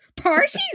parties